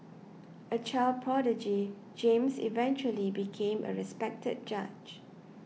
a child prodigy James eventually became a respected judge